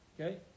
Okay